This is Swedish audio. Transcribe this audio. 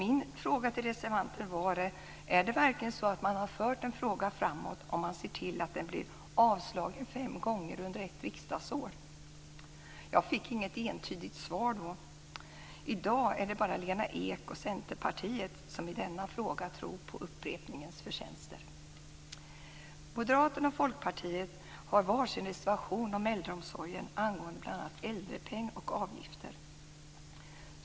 Min fråga till reservanterna var: Har man verkligen fört en fråga framåt om man ser till att den blir avslagen fem gånger under ett riksdagsår? Jag fick inget entydigt svar då. I dag är det bara Lena Ek och Centerpartiet som i denna fråga tror på upprepningens förtjänster. Moderaterna och Folkpartiet har var sin reservation om äldreomsorgen, bl.a. angående äldrepeng och avgifter.